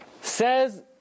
Says